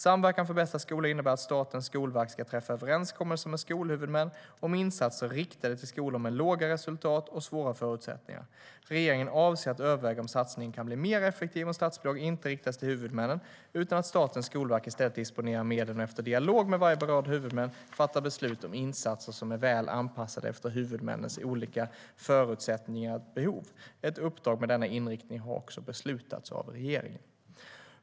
Samverkan för bästa skola innebär att Statens skolverk ska träffa överenskommelser med skolhuvudmän om insatser riktade till skolor med låga resultat och svåra förutsättningar. Regeringen avser att överväga om satsningen kan bli mer effektiv om statsbidrag inte riktas till huvudmännen utan att Statens skolverk i stället disponerar medlen och efter dialog med varje berörd huvudman fattar beslut om insatser som är väl anpassade efter huvudmännens olika förutsättningar och behov. Ett uppdrag med denna inriktning har också beslutats av regeringen.